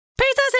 Pizza